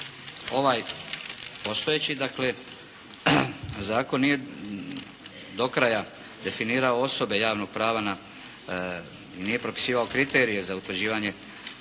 ovaj postojeći dakle zakon nije do kraja definirao osobe javnog prava, nije propisivao kriterije za utvrđivanje